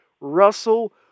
Russell